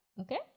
Okay